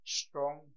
strong